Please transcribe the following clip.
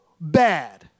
bad